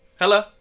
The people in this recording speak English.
Hello